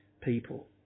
people